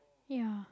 ya